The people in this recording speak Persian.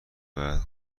باید